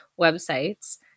websites